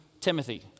Timothy